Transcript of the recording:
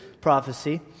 prophecy